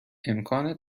امکان